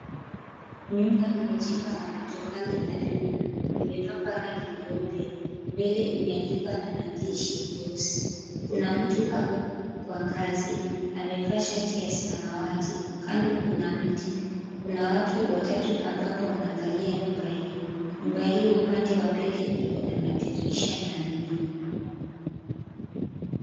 Nyumba imejengwa na matofali na vyuma. Imepakwa rangi nyeupe, mbele imeandikwa na maandishi meusi. Kuna mtu ako kwa ngazi amevaa shati ya samawati, kando kuna mti. Kuna watu watatu ambapo wanaangalia nyumba hiyo. Nyumba hiyo upande wa mbele iko na madirisha manne.